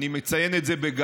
אני מציין את זה בגאווה,